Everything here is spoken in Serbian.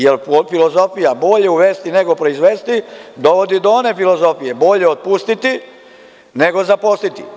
Jer, filozofija – bolje uvesti nego proizvesti, dovodi do one filozofije – bolje otpustiti nego zaposliti.